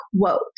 quote